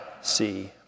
see